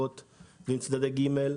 מול החברות המתמזגות ועם צדדי ג'.